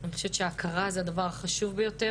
ואני חושבת שהכרה זה הדבר החשוב ביות,